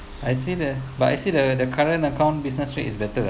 I see the but I see the the current account business rate is better ah